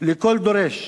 לכל דורש,